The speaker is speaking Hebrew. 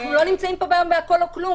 אנחנו לא נמצאים פה בהכול או כלום.